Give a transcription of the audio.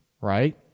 right